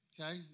okay